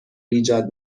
ایجاد